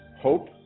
hope